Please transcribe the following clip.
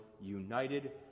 united